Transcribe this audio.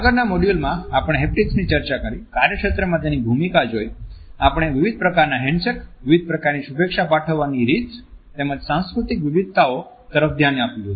આગળના મોડ્યુલમાં આપણે હેપ્ટિક્સ ની ચર્ચા કરી કાર્યક્ષેત્રમા તેની ભૂમિકા જોઈ આપણે વિવિધ પ્રકારનાં હેન્ડશેક વિવિધ પ્રકારની શુભેચ્છા પાઠવવા ની રીત તેમજ સાંસ્કૃતિક વિવિધતાઓ તરફ ધ્યાન આપ્યું હતું